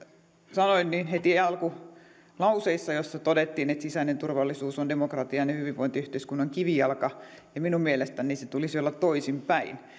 sanoin heti alkulauseissa joissa todettiin että sisäinen turvallisuus on demokratian ja ja hyvinvointiyhteiskunnan kivijalka minun mielestäni sen tulisi olla toisinpäin